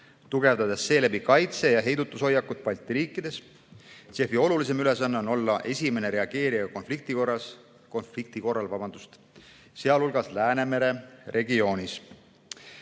tugevdades seeläbi kaitse- ja heidutushoiakut Balti riikides. JEF‑i olulisim ülesanne on olla esimene reageerija konflikti korral, sealhulgas Läänemere regioonis.